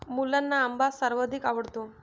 मुलांना आंबा सर्वाधिक आवडतो